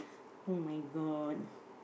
oh-my-god